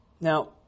Now